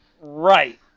Right